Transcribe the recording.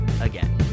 again